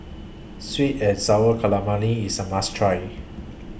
Sweet and Sour Calamari IS A must Try